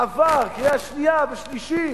עבר קריאה שנייה ושלישית,